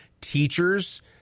teachers